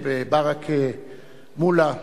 ומולה,